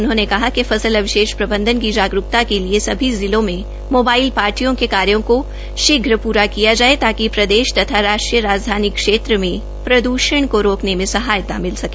उन्होंने कहा कि फसल अवशेष प्रबंधन की जागरूकता के लिए सभी जिलों में मोबाइल पार्टियों के कार्य को शीघ्र पूरा किया जाये ताकि प्रदेश तथा राष्ट्रीय राजधानी क्षेत्र में प्रदषण को रोकने में सहायता मिल सके